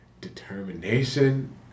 determination